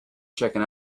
checking